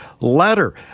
ladder